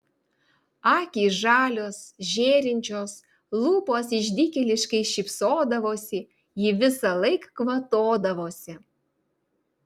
akys žalios žėrinčios lūpos išdykėliškai šypsodavosi ji visąlaik kvatodavosi